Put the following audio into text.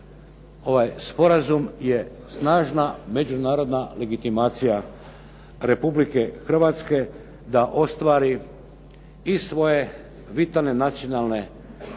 sporazum je snažna međunarodna legitimacija Republike Hrvatske da ostvari i svoje vitalne nacionalne, strateške,